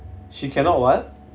she cannot what